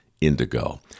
indigo